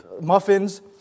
muffins